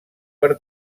per